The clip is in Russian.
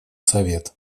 совет